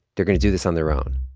they're going to do this on their own